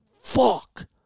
fuck